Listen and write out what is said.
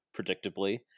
predictably